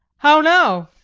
how now!